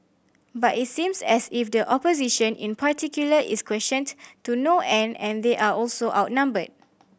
but it seems as if the opposition in particular is questioned to no end and they're also outnumbered